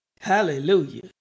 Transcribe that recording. Hallelujah